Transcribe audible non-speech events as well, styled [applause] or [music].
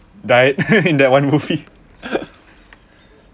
died [laughs] in that one movie